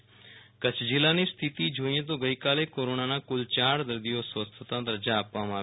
Viral Rana Kutch corona Kutch જિલ્લાની સ્થિતિ જોઈએ તો ગઈકાલે કોરોનાના કુલ ચાર દર્દીઓ સ્વસ્થ થતા રજા આપવામાં આવી